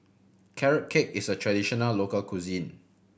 Carrot Cake is a traditional local cuisine